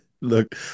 Look